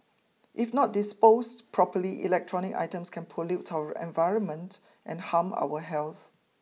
if not disposed properly electronic items can pollute our environment and harm our health